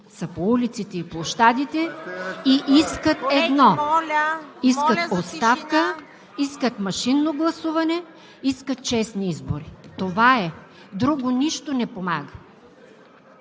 са по улиците и площадите и искат едно – оставка, искат машинно гласуване, искат честни избори. Това е. Друго нищо не помага.